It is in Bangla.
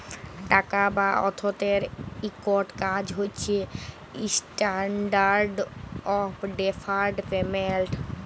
টাকা বা অথ্থের ইকট কাজ হছে ইস্ট্যান্ডার্ড অফ ডেফার্ড পেমেল্ট